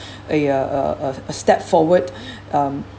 a uh uh uh a step forward uh